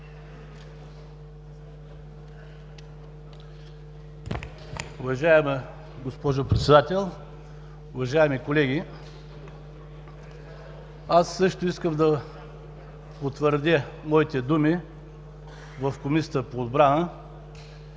Уважаема госпожо Председател, уважаеми колеги! Аз също искам да потвърдя моите думи в Комисията по отбрана